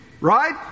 Right